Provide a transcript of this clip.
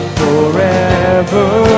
forever